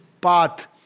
path